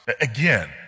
Again